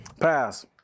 Pass